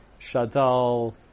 Shadal